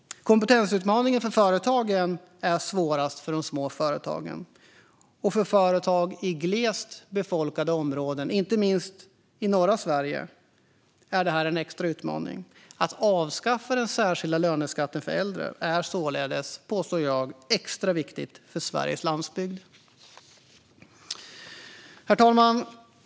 Kompetensutmaningen för företagen är svårast för de små företagen. Och för företag i glest befolkade områden, inte minst i norra Sverige, är detta en extra utmaning. Att avskaffa den särskilda löneskatten för äldre är således, påstår jag, extra viktigt för Sveriges landsbygd. Herr talman!